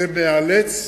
ומאלץ,